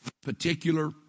particular